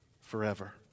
forever